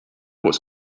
wars